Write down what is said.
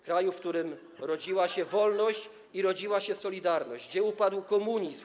kraju, w którym rodziła się wolność i rodziła się „Solidarność”, gdzie upadł komunizm.